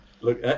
Look